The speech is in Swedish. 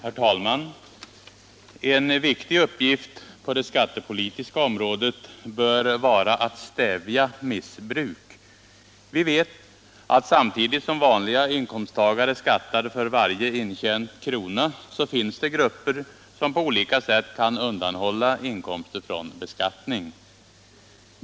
Herr talman! En viktig uppgift på det skattepolitiska området bör vara att stävja missbruk. Vi vet att samtidigt som vanliga inkomsttagare skattar för varje intjänt krona, så finns det grupper som på olika sätt kan undanhålla inkomster från beskattning.